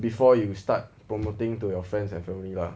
before you start promoting to your friends and family lah